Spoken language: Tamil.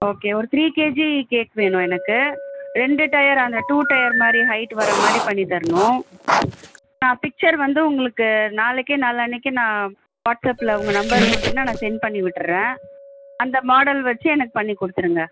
ஓகே ஒரு த்ரீ கேஜி கேக் வேணும் எனக்கு ரெண்டு டயர் அந்த டூ டயர் மாதிரி ஹைட் வர மாதிரி பண்ணி தரணும் நான் பிக்சர் வந்து உங்களுக்கு நாளைக்கு நாளான்னிக்கு நான் வாட்ஸ்அப்பில் உங்கள் நம்பர் கொடுத்தீங்கன்னா நான் சென்ட் பண்ணி விட்டுருறேன் அந்த மாடல் வச்சு எனக்கு பண்ணி கொடுத்துருங்க